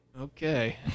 okay